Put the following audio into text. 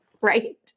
right